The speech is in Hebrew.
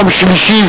יום שלישי,